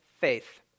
faith